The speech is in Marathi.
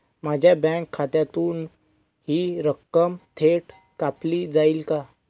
माझ्या बँक खात्यातून हि रक्कम थेट कापली जाईल का?